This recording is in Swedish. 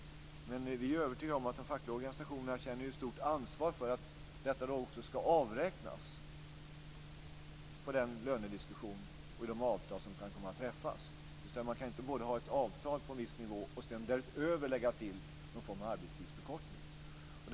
Men vi är övertygade om att de fackliga organisationerna känner ett stort ansvar för att detta då också ska avräknas i lönediskussion och i de avtal som kan komma att träffas. Man kan inte både ha ett avtal på en viss nivå och sedan därutöver lägga till någon form av arbetstidsförkortning.